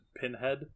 Pinhead